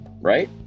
right